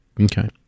Okay